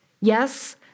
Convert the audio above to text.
Yes